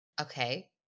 Okay